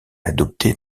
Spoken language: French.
adoptées